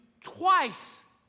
twice